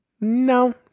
No